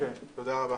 תודה רבה.